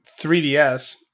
3DS